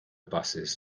buses